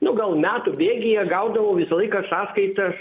nu gal metų bėgyje gaudavau visą laiką sąskaitas